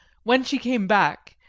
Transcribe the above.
when she came back,